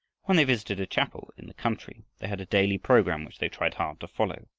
when they visited a chapel in the country, they had a daily program which they tried hard to follow.